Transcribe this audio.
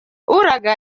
uraga